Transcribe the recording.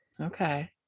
Okay